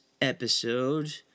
episode